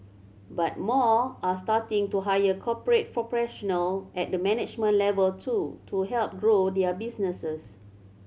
but more are starting to hire corporate at the management level too to help grow their businesses